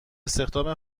استخدام